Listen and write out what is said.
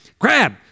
Grab